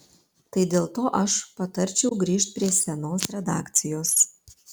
tai dėl to aš patarčiau grįžt prie senos redakcijos